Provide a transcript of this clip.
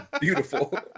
beautiful